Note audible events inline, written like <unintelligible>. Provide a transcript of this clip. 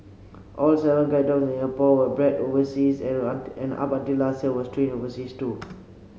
all seven guide dogs in Singapore were bred overseas and <unintelligible> and up until last year were trained overseas too